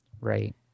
right